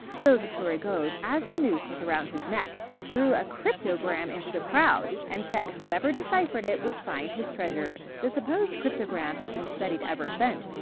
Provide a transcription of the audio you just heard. so the story goes, as the noose was around his neck, he threw a cryptogram into the crowd, and said whoever deciphered it would find his treasure. the supposed cryptogram has been studied ever since,